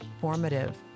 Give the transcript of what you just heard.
formative